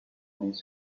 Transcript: these